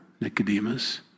Nicodemus